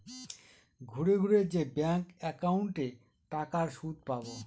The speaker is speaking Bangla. ঘুরে ঘুরে যে ব্যাঙ্ক একাউন্টে টাকার সুদ পাবো